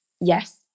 yes